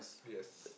yes